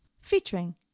featuring